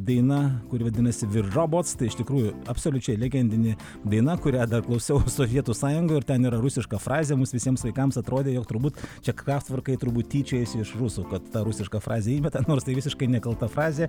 daina kuri vadinasi vir robots tai iš tikrųjų absoliučiai legendinė daina kurią dar klausiau sovietų sąjungoj ir ten yra rusiška frazė mums visiems laikams atrodė jog turbūt čia kraftvarkai turbūt tyčiojasi iš rusų kad ta rusiška frazė įmetant nors tai visiškai nekalta frazė